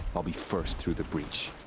i'll be first through the breach.